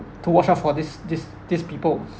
to watch out for these these these peoples